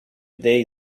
their